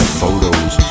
photos